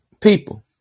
people